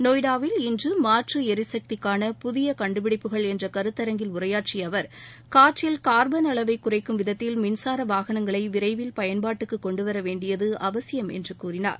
நொய்டாவில் இன்று மாற்று எரிசக்திக்கான புதிய கண்டுபிடிப்புகள் என்ற கருத்தரங்கில் உரையாற்றிய அவர் காற்றில் கார்பள் அளவைக் குறைக்கும் விதத்தில் மின்சார வாகனங்களை விரைவில் பயன்பாட்டுக்கு கொண்டுவர வேண்டியது அவசியம் என்று கூறினார்